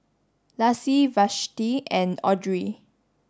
Lassie Vashti and Audrey